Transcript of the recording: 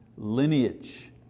lineage